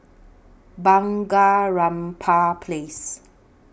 Bunga Rampai Place